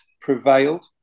prevailed